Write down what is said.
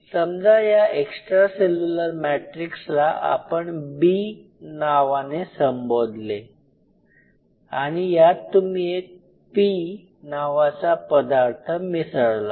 समजा या extra cellular मॅट्रिक्सला आपण "B" नावाने संबोधले आणि यात तुम्ही एक "P" नावाचा पदार्थ मिसळला